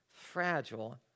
fragile